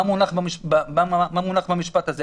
מה מונח במשפט הזה?